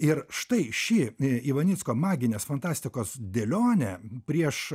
ir štai ši ivanicko maginės fantastikos dėlionė prieš